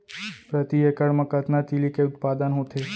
प्रति एकड़ मा कतना तिलि के उत्पादन होथे?